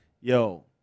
yo